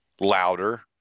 louder